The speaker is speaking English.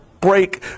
break